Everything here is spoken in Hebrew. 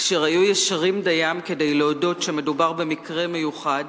אשר היו ישרים דיים כדי להודות שמדובר במקרה מיוחד,